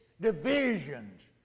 divisions